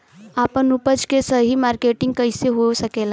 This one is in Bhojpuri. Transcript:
आपन उपज क सही मार्केटिंग कइसे हो सकेला?